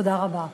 תודה רבה.